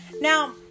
Now